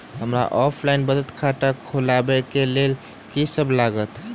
हमरा ऑफलाइन बचत खाता खोलाबै केँ लेल की सब लागत?